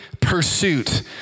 Pursuit